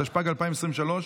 התשפ"ג 2023,